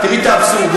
תראי את האבסורד,